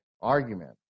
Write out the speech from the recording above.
argument